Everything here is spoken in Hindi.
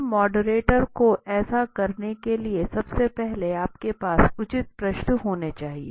फिर मॉडरेटर को ऐसा करने के लिए सबसे पहले आपके पास उचित प्रश्न होने चाहिए